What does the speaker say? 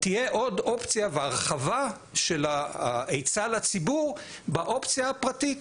תהיה עוד אופציה והרחבה של ההיצע לציבור באופציה הפרטית.